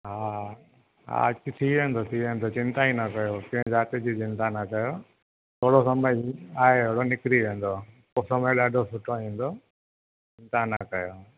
हा हा हिक थी वेंदो थी वेंदो चिंता ई न कयो कंहिं जात जी चिंता न कयो थोरो समय आहे निकिरी वेंदो आहे पोइ समय ॾाढो सुठो ईंदो चिंता न कयो